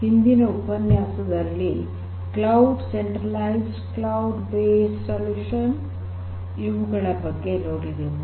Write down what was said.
ಹಿಂದಿನ ಉಪನ್ಯಾಸದಲ್ಲಿ cloud centralised cloud based solutions ಇವುಗಳ ಬಗ್ಗೆ ನೋಡಿದೆವು